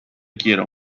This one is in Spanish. quiero